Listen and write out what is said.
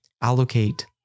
allocate